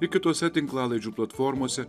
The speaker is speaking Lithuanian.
ir kitose tinklalaidžių platformose